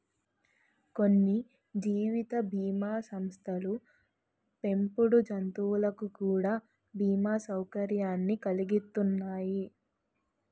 కొన్ని జీవిత బీమా సంస్థలు పెంపుడు జంతువులకు కూడా బీమా సౌకర్యాన్ని కలిగిత్తన్నాయి